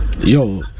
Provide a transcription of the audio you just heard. Yo